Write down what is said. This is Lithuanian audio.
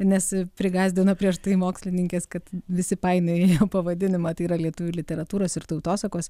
nes prigąsdino prieš tai mokslininkės kad visi painioja pavadinimą tai yra lietuvių literatūros ir tautosakos